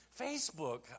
Facebook